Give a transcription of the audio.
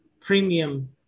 premium